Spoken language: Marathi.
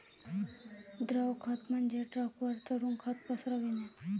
द्रव खत म्हणजे ट्रकवर चढून खत पसरविणे